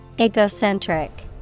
Egocentric